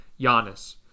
Giannis